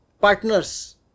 partners